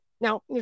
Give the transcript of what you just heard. now